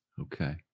Okay